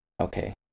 Okay